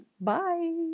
Bye